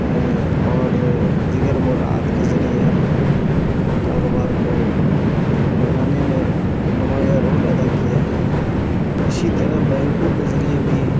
اور دیگر مراعات کے ذریعے کاروبار کو بڑھانے میں نمایاں رول ادا کیا ہے اسی طرح بینکوں کے ذریعے بھی